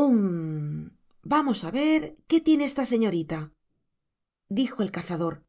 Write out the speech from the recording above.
hum vamos a ver qué tiene esta señorita dijo el cazador